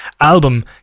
album